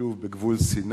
שוב בגבול סיני,